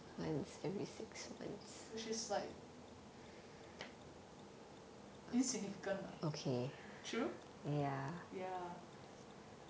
which is like insignificant lah true ya